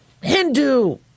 Hindu